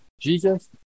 Jesus